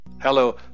Hello